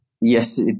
Yes